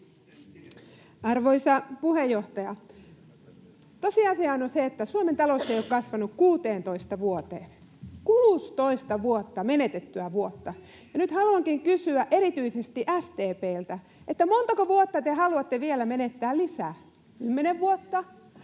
Arvoisa puheenjohtaja! Tosiasiahan on se, että Suomen talous ei ole kasvanut 16 vuoteen — 16 menetettyä vuotta. Nyt haluankin kysyä erityisesti SDP:ltä, montako vuotta te haluatte vielä menettää lisää. 10 vuotta,